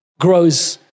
grows